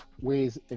ways